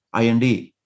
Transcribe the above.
IND